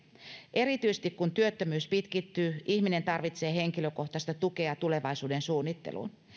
erityisesti kun työttömyys pitkittyy ihminen tarvitsee henkilökohtaista tukea tulevaisuuden suunnitteluun